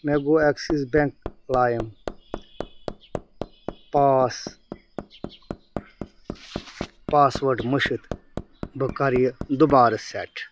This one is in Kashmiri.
مےٚ گوٚو ایٚکسِس بیٚنٛک لایِم پاس پاس ؤرڈ مٔشِتھ بہٕ کَرٕ یہِ دوبارٕ سیٚٹ